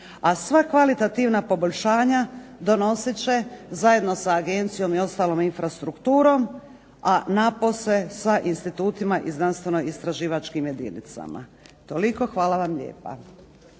a sva kvalitativna poboljšanja donosit će, zajedno sa Agencijom i ostalom infrastrukturom, a napose sa institutima i znanstveno-istraživačkim jedinicama. Toliko, hvala vam lijepa.